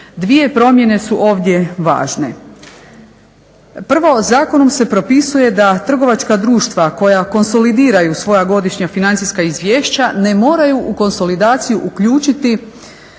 Dvije promjene su ovdje važne. Prvo, zakonom se propisuje da trgovačka društva koja konsolidiraju svoja godišnja financijska izvješća ne moraju u konsolidaciju uključiti